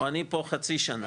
או אני פה חצי שנה.